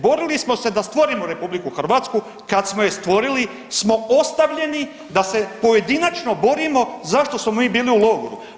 Borili smo se da stvorimo RH, kad smo je stvorili smo ostavljeni da se pojedinačno borimo zašto smo mi bili u logoru.